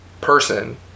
person